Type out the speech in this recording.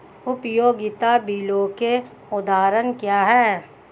उपयोगिता बिलों के उदाहरण क्या हैं?